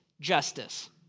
Justice